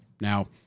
Now